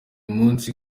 munsi